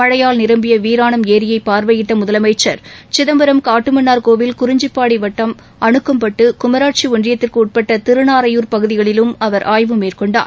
மழையால் நிரம்பிய வீராணம் ஏரியை பார்வையிட்ட முதலமைச்சர் சிதம்பரம் காட்டுமன்னார்கோவில் குறிஞ்சிப்பாடி வட்டம் அனுக்கம்பட்டு குமாரட்சி ஒன்றியத்திற்கு உட்பட்ட திருநாரையூர் பகுதிகளிலும் அவர் ஆய்வு மேற்கொண்டார்